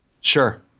Sure